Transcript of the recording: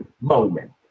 moment